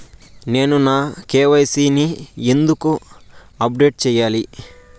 నేను నా కె.వై.సి ని ఎందుకు అప్డేట్ చెయ్యాలి?